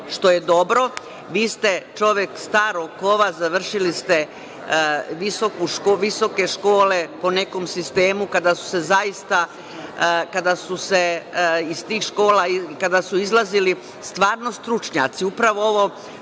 što je dobro. Vi ste čovek starog kova, završili ste visoke škole po nekom sistemu kada su se zaista, kada su iz tih škola izlazili stvarno stručnjaci,